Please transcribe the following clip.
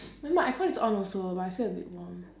my my air con is on also but I feel a bit warm